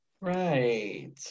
Right